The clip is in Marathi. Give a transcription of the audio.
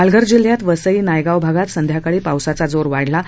पालघर जिल्ह्यात वसई नायगाव भागात संध्याकाळी पावसाचा जोर वाढला आहे